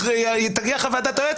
וכשתגיע חוות דעת היועץ,